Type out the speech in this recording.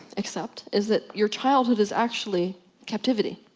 accept is that your childhood is actually captivity.